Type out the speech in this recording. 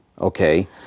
okay